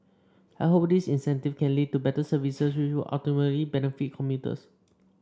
I hope this incentive can lead to better services which would ultimately benefit commuters